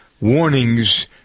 warnings